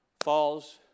falls